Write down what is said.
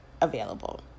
available